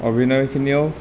অভিনয়খিনিয়েও